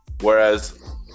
Whereas